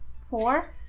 four